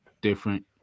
different